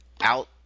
out